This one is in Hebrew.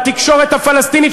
בתקשורת הפלסטינית,